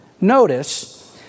notice